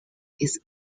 its